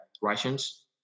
Russians